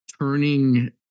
turning